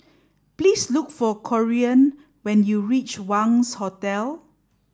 please look for Corean when you reach Wangz Hotel